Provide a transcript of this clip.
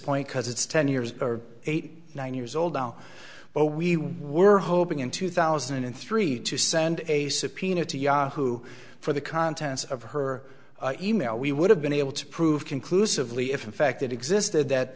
point because it's ten years or eight nine years old now but we were hoping in two thousand and three to send a subpoena to yahoo for the contents of her e mail we would have been able to prove conclusively if in fact it existed that